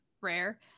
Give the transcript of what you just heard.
rare